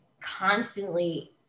constantly